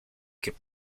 could